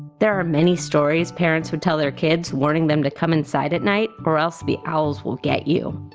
there are many stories parents would tell their kids warning them to come inside at night or else the owls will get you.